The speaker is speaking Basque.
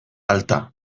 alta